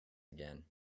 again